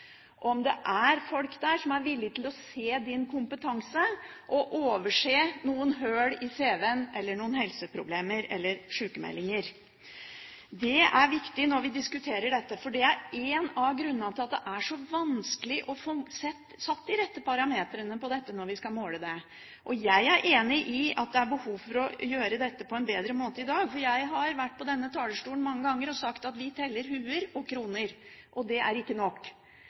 om det er folk som er villig til å se din kompetanse og overse noen hull i CV-en eller noen helseproblemer eller sykmeldinger. Det er viktig når vi diskuterer dette, for det er en av grunnene til at det er så vanskelig å få satt de rette parametrene når vi skal måle dette. Jeg er enig i at det er behov for å gjøre dette på en bedre måte i dag. Jeg har vært på denne talerstolen mange ganger og sagt at vi teller hoder og kroner. Det er ikke nok.